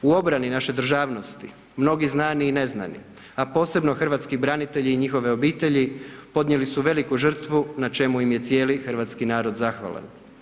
U obrani naše državnosti mnogi znani i neznani, a posebno hrvatski branitelji i njihove obitelji podnijeli su veliku žrtvu, na čemu im je cijeli hrvatski narod zahvalan.